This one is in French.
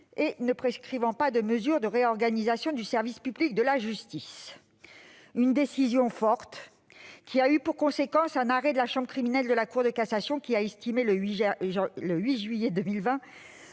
nécessitaient des mesures de réorganisation du service public de la justice. Cette décision forte a eu pour conséquence un arrêt de la chambre criminelle de la Cour de cassation, qui a estimé, le 8 juillet 2020,